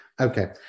okay